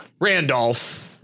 Randolph